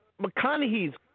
McConaughey's